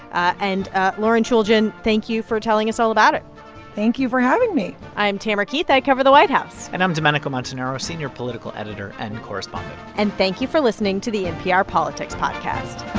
and lauren chooljian, thank you for telling us all about it thank you for having me i'm tamara keith. i cover the white house and i'm domenico montanaro, senior political editor and correspondent and thank you for listening to the npr politics podcast